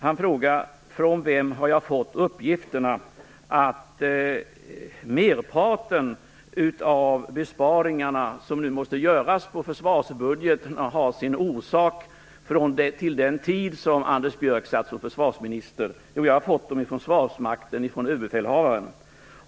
Han undrar från vem jag har fått uppgifterna att orsakerna till merparten av de besparingar som nu måste göras på försvarsbudgeten härrör från den tid då Anders Björck satt som försvarsminister. Jag har fått dem från Försvarsmakten och från överbefälhavaren.